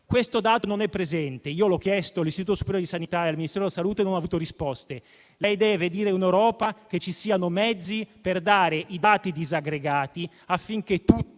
Questo dato non è presente. Io l'ho chiesto all'Istituto superiore di sanità e al Ministero della salute e non ho avuto risposte. Lei deve dire in Europa che ci siano i mezzi per fornire i dati disaggregati, affinché tutti